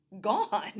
gone